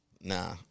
Nah